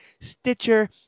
stitcher